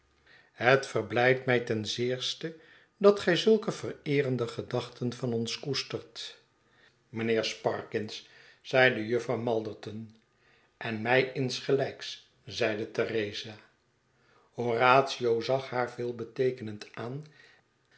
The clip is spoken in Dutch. het verblijdt mij ten hoogste dat gij zulke vereerende gedachten van ons koestert mijnheer sparkins zeide jufvrouw malderton en mij insgelijks zeide theresa horatio zag haar veelbeteekenend aan